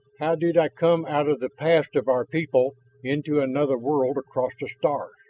how did i come out of the past of our people into another world across the stars?